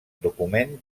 document